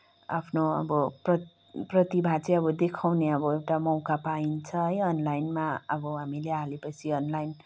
अब आफ्नो अब प्रत प्रतिभा चाहिँ अब देखाउने अब एउटा मौका पाइन्छ है अनलाइनमा अब हामीले हालेपछि अनलाइन